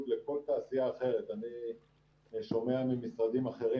לכל תעשייה אחרת אני שומע ממשרדים אחרים,